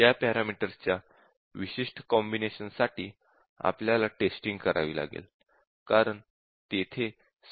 त्या पॅरामीटर्सच्या विशिष्ट कॉम्बिनेशन साठी आपल्याला टेस्टिंग करावी लागेल कारण तेथे समस्या असू शकते